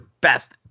best –